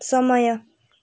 समय